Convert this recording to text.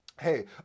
Hey